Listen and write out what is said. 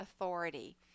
authority